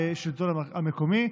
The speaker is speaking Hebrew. לשלטון המקומי.